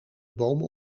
boom